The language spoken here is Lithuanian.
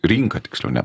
rinka tiksliau ne